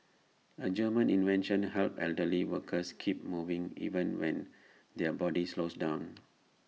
A German invention helps elderly workers keep moving even when their body slows down